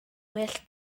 well